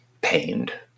pained